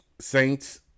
Saints